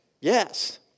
Yes